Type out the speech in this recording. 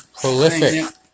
prolific